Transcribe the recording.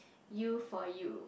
you for you